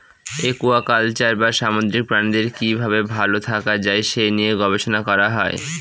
aquaculture বা সামুদ্রিক প্রাণীদের কি ভাবে ভালো থাকা যায় সে নিয়ে গবেষণা করা হয়